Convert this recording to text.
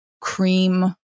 cream